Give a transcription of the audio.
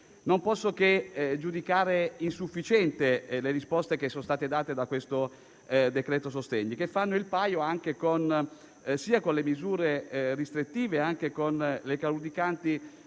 Non posso che giudicare insufficienti le risposte che sono state date da questo decreto-legge sostegni, che fanno il paio sia con le misure restrittive sia con le claudicanti